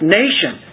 nation